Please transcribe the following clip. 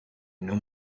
know